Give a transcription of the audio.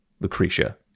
lucretia